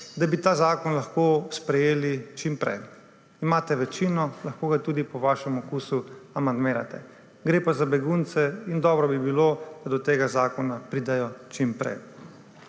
da bi ta zakon lahko sprejeli čim prej. Imate večino, lahko ga tudi po svojem okusu amandmirate. Gre pa za begunce in dobro bi bilo, da do tega zakona pridejo čim prej.